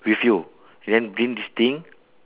with you and then bring this thing